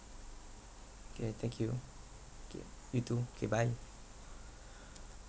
K thank you K you too K bye